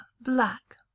black